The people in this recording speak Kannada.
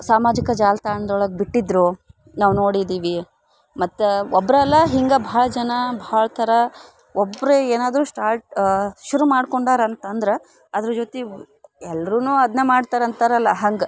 ಸಾಮಾಜಿಕ ಜಾಲ್ತಾಣ್ದೊಳಗ ಬಿಟ್ಟಿದ್ದರು ನಾವು ನೋಡಿದ್ದೀವಿ ಮತ್ತಾ ಒಬ್ರಲ್ಲ ಹಿಂಗ ಭಾಳ ಜನ ಭಾಳ ಥರ ಒಬ್ಬರೆ ಏನಾದರು ಸ್ಟಾರ್ಟ್ ಶುರು ಮಾಡ್ಕೊಂಡಾರೆ ಅಂತ ಅಂದ್ರ ಅದ್ರ ಜೊತಿಗು ಎಲ್ಲರೂನು ಅದನ್ನೇ ಮಾಡ್ತರಂತರಲ್ಲ ಹಂಗೆ